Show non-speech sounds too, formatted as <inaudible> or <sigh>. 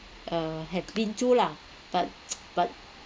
uh had been to lah but <noise> but